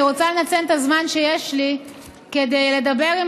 אני רוצה לנצל את הזמן שיש לי כדי לדבר פה עם